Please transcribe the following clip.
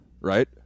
right